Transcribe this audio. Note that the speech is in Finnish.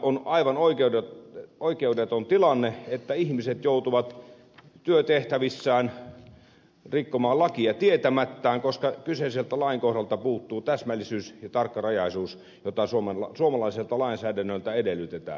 on aivan oikeudeton tilanne että ihmiset joutuvat työtehtävissään rikkomaan lakia tietämättään koska kyseiseltä lainkohdalta puuttuu täsmällisyys ja tarkkarajaisuus jota suomalaiselta lainsäädännöltä edellytetään